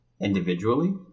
individually